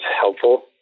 helpful